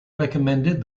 recommended